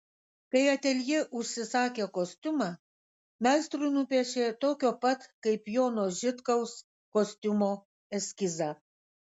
kai ateljė užsisakė kostiumą meistrui nupiešė tokio pat kaip jono žitkaus kostiumo eskizą